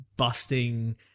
busting